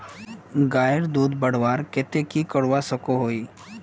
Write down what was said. गायेर दूध बढ़वार केते की करवा सकोहो ही?